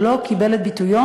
ולא קיבל את ביטויו.